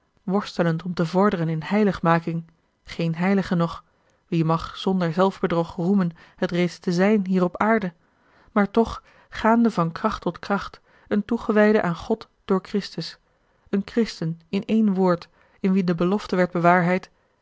worstelend om te vorderen in heiligmaking geen heilige nog wie mag zonder zelfbedrog roemen het reeds te zijn hier op aarde maar toch gaande van kracht tot kracht een toegewijde aan god door christus een christen in één woord in wien de belofte werd bewaarheid